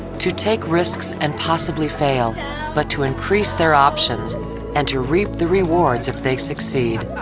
to take risks and possibly fail but to increase their options and to reap the rewards if they succeed.